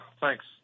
thanks